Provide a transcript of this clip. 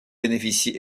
bénéficie